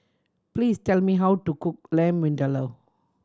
please tell me how to cook Lamb Vindaloo